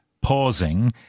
pausing